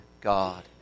God